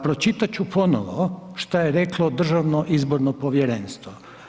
Pročitat ću ponovo šta je reklo Državno izborno povjerenstvo.